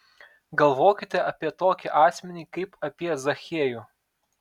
galvokite apie tokį asmenį kaip apie zachiejų